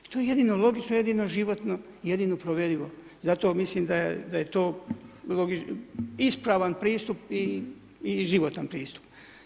I to je jedino logično, jedino životno i jedino provedivo, zato mislim da je to ispravan pristup i životan pristup.